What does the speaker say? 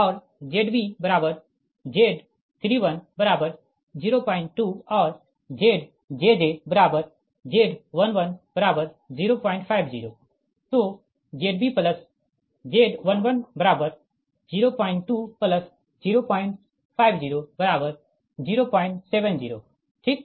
और ZbZ3102 और ZjjZ11050 तो ZbZ110205070 ठीक